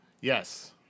Yes